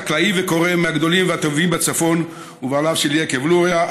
חקלאי וכורם מהגדולים והטובים בצפון ובעליו של יקב לוריא,